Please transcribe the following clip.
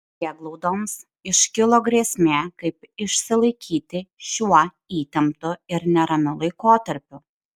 prieglaudoms iškilo grėsmė kaip išsilaikyti šiuo įtemptu ir neramiu laikotarpiu